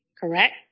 correct